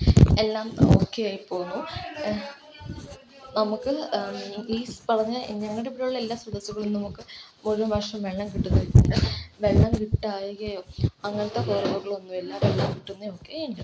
എല്ലാം ഓക്കെ ആയി പോണു നമുക്ക് ഈ പറഞ്ഞ ഞങ്ങടെ ഇവിടുള്ള എല്ലാ സ്രോതസ്സുകളും നമുക്ക് ഓരോ വർഷവും വെള്ളം കിട്ടുന്നുണ്ട് വെള്ളം കിട്ടായ്കയോ അങ്ങനത്തെ പ്രോബ്ളമൊന്നും ഇല്ല കിട്ടുന്നതൊക്കെ ഉണ്ട്